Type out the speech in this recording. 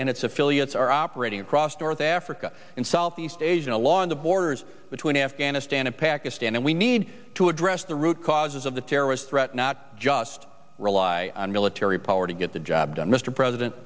and its affiliates are operating across north africa and southeast asia along the borders between afghanistan and pakistan and we need to address the root causes of the terrorist threat not just rely on military power to get the job done mr president